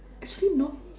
actually no